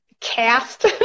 cast